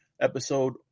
episode